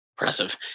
Impressive